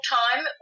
time